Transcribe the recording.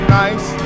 nice